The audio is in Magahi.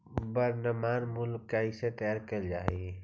वर्तनमान मूल्य कइसे तैयार कैल जा हइ?